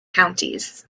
counties